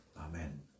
Amen